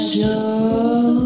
Show